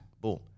boom